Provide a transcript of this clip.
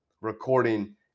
recording